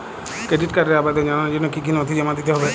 Credit কার্ডের আবেদন জানানোর জন্য কী কী নথি জমা দিতে হবে?